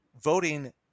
voting